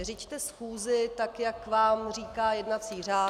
Řiďte schůzi tak, jak vám říká jednací řád!